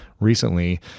recently